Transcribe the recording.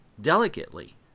delicately